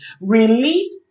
relief